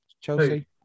Chelsea